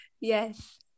yes